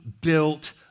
built